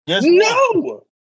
No